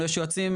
ממש לא נכון.